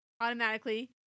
automatically